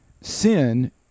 Sin